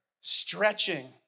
stretching